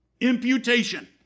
Imputation